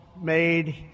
made